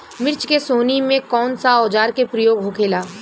मिर्च के सोहनी में कौन सा औजार के प्रयोग होखेला?